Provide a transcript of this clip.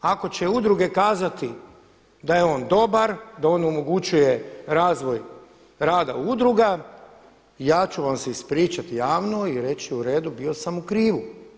Ako će udruge kazati da je on dobar, da on omogućuje razvoj rada udruga ja ću vam se ispričati javno i reći u redu, bio sam u krivu.